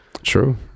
true